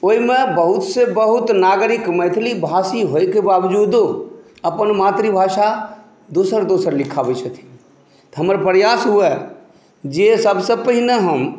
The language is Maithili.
ओहिमे बहुतसे बहुत नागरिक मैथिली भाषी होइके बाबजूदो अपन मातृभाषा दोसर दोसर लिखाबैत छथिन तऽ हमर प्रयास हुय जे सभसँ पहिने हम